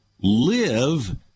live